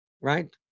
right